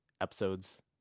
episodes